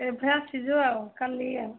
ଏବେ ଆସିଛୁ ଆଉ କାଲି ଆଉ